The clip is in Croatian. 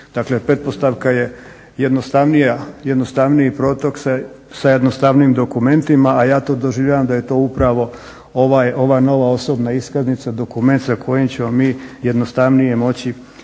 Dakle pretpostavka je jednostavniji protok sa jednostavnijim dokumentima, a ja to doživljavam da je to upravo ova nova osobna iskaznica dokument sa kojim ćemo mi jednostavnije moći